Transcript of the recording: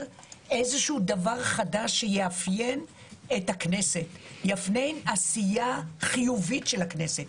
דבר חדש שיאפיין עשייה חיובית של הכנסת